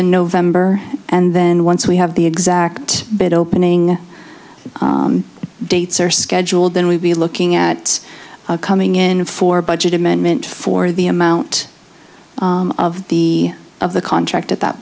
in november and then once we have the exact bit opening dates are scheduled then we'll be looking at coming in for budget amendment for the amount of the of the contract at that